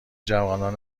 جوانان